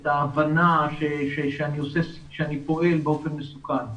את ההבנה שאני פועל באופן מסוכן.